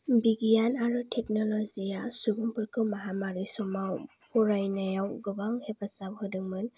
बिगियान आरो टेकनलजि या सुबुंफोरखौ माहामारि समाव फरायनायाव गोबां हेफाजाब होदोंमोन